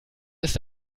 ist